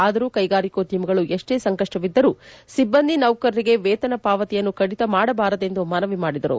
ಆದರೂ ಕೈಗಾರಿಕೋದ್ಯಮಿಗಳು ಎಷ್ಸೇ ಸಂಕಷ್ಟವಿದ್ದರೂ ಸಿಬ್ಬಂದಿ ನೌಕರರಿಗೆ ವೇತನ ಪಾವತಿಯನ್ನು ಕದಿತ ಮಾಡಬಾರದು ಎಂದು ಮನವಿ ಮಾಡಿದರು